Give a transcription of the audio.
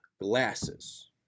glasses